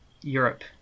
europe